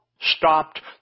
stopped